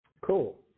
Cool